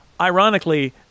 Ironically